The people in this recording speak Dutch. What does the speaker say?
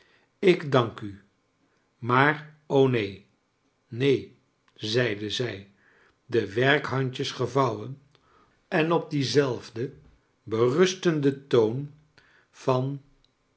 ik dank ti maar o neen neen neen zeide zij de werkhandjes gevouwen en op dien zelfden berustenden toon van